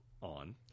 on